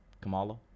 Kamala